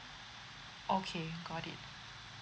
okay got it